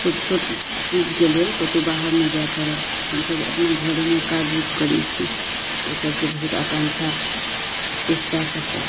छोट छोट चीजके लेल कतौ बाहर नहि जाए पड़ल हमसब अपना घरेमे काज उज करै छी एहि सबके बहुत आकांक्षा चेष्टाके साथ